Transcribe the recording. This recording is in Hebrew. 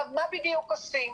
מה בדיוק עושים,